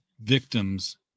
victims